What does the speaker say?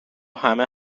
همه